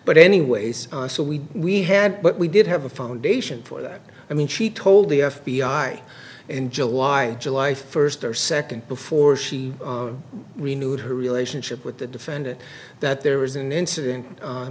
but anyways so we we had but we did have a foundation for that i mean she told the f b i in july july first or second before she renewed her relationship with the defendant that there was an incident